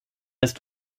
ist